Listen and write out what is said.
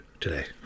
today